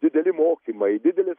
dideli mokymai didelis